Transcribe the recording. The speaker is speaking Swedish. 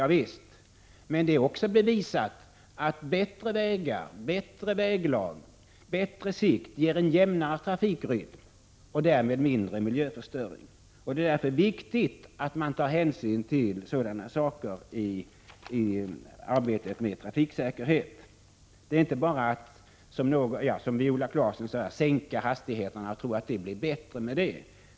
Javisst, men det är också bevisat att bättre vägar, bättre väglag och bättre sikt ger en jämnare trafikrytm och därmed mindre miljöförstöring. Det är därför viktigt att man tar hänsyn till sådana saker i arbetet med trafiksäkerhet. Det går inte bara att, som t.ex. Viola Claesson säger, sänka hastigheterna och tro att det blir bättre med det.